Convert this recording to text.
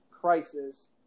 crisis